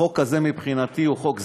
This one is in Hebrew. החוק הזה, מבחינתי, הוא חוק סדום,